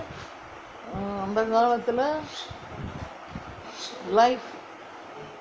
அந்த காலத்துலே:antha kaalathulae life